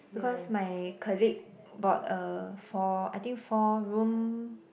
because my colleague bought a four I think four room